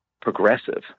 progressive